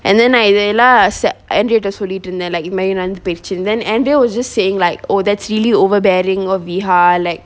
and then I எல்லா:ella then andrea ட சொல்லிட்டு இருந்தன்:ta sollittu irunthan like இது மாறி நடந்து போயிருச்சின்னு:ithu mari nadanthu poyiruchinu then andrea was just saying like oh that's really overbearing of viha like